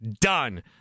done